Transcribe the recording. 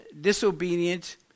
disobedient